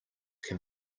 can